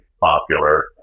popular